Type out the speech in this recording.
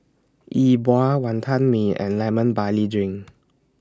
E Bua Wantan Mee and Lemon Barley Drink